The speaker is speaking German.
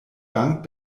bank